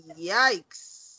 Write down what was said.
yikes